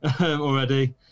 already